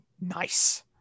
Nice